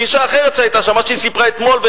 אשה אחרת שהיתה שם מה שהיא סיפרה אתמול,